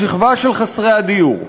השכבה של חסרי הדיור: